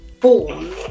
born